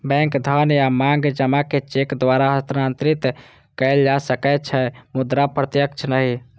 bank धन या मांग जमा कें चेक द्वारा हस्तांतरित कैल जा सकै छै, मुदा प्रत्यक्ष नहि